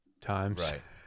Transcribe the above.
times